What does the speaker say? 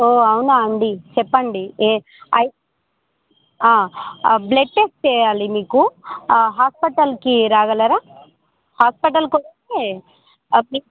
ఓ అవునా అండి చెప్పండి బ్లడ్ టెస్ట్ చేయాలి మీకు హాస్పిటల్కి రాగలరా హాస్పిటల్కి వస్తే